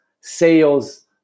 sales